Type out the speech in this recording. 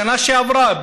בשנה שעברה,